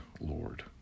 Lord